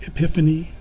Epiphany